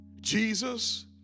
Jesus